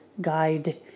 guide